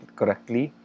correctly